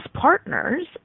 partners